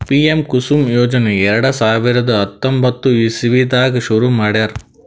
PM Kusum ಯೋಜನೆ ಎರಡ ಸಾವಿರದ್ ಹತ್ತೊಂಬತ್ತ್ ಇಸವಿದಾಗ್ ಶುರು ಮಾಡ್ಯಾರ್